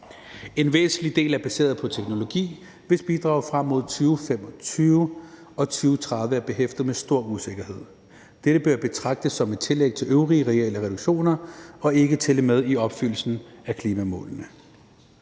En væsentlig del er baseret på teknologi, hvis bidrag frem mod 2025 og 2030 er behæftet med stor usikkerhed. Dette bør betragtes som et tillæg til øvrige reelle reduktioner og ikke tælle med i opfyldelsen af klimamålene.